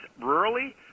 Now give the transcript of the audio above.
rurally